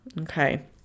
Okay